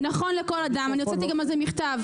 נכון לכל אדם, אני גם הוצאתי על זה מכתב.